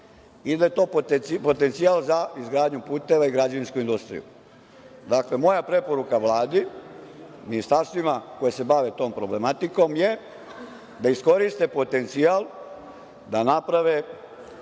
i da je to potencijal za izgradnju puteva i građevinsku industriju. Dakle, moja preporuka Vladi, ministarstvima koja se bave tom problematikom je da iskoriste potencijal da naprave